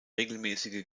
regelmäßige